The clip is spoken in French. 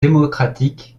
démocratiques